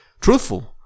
truthful